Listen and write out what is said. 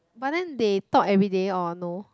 but then they talk everyday or no